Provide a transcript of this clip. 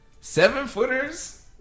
Seven-footers